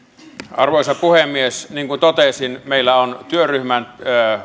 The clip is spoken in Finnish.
arvoisa puhemies niin kuin totesin meillä on työryhmän